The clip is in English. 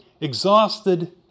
exhausted